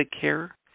care